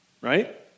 right